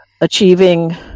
achieving